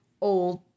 old